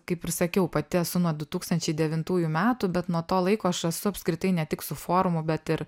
kaip ir sakiau pati esu nuo du tūkstančiai devintųjų metų bet nuo to laiko aš esu apskritai ne tik su forumu bet ir